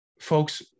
folks